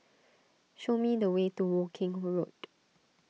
show me the way to Woking Road